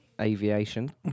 Aviation